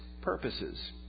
purposes